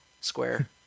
square